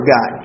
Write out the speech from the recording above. God